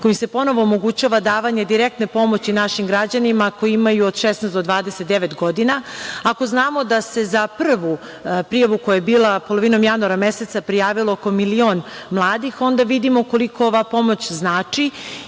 koji se ponovo omogućava davanje direktne pomoći našim građanima koji imaju od 16 do 29 godina. Ako znamo da se za prvu prijavu koja je bila polovinom januara meseca prijavilo oko milion mladih, onda vidimo koliko ova pomoć znači